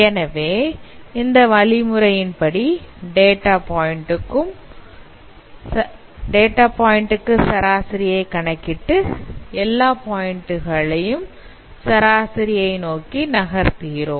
எனவே இந்த வழிமுறையின் படி டேட்டா பாயிண்ட் க்கு சராசரியை கணக்கிட்டு எல்லா பாயிண்ட் களையும் சராசரியை நோக்கி நகர்கிறோம்